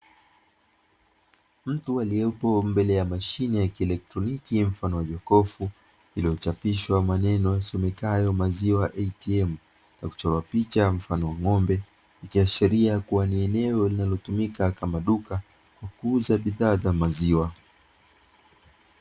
Mtu aliyepo mbele ya mashine ya kielektroniki mfano wa jokofu iliyochapishwa maneno yasomekayo “maziwa atm” na kuchorwa picha mfano wa ng’ombe ikiashiria kuwa ni eneo linalotumika kama duka la kuuza bidhaa za maziwa.